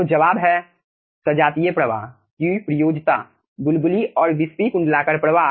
तो जवाब है सजातीय प्रवाह की प्रयोज्यता बुलबुली और विस्पी कुंडलाकार प्रवाह